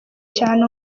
cyane